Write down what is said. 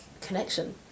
connection